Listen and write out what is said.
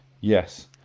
Yes